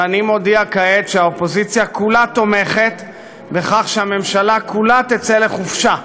ואני מודיע כעת שהאופוזיציה כולה תומכת בכך שהממשלה כולה תצא לחופשה,